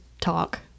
talk